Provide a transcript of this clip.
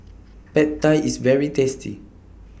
Pad Thai IS very tasty